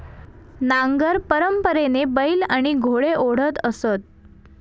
नांगर परंपरेने बैल आणि घोडे ओढत असत